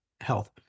health